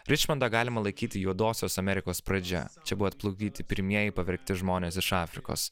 ričmondą galima laikyti juodosios amerikos pradžia čia buvo atplukdyti pirmieji pavergti žmonės iš afrikos